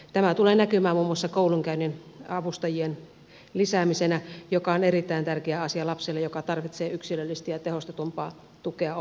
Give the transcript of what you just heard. tämä tulee näkymään muun muassa koulunkäyntiavustajien lisäämisenä mikä on erittäin tärkeä asia lapselle joka tarvitsee yksilöllistä ja tehostetumpaa tukea oppimiseen